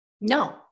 No